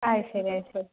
അത് ശരി അത് ശരി